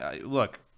look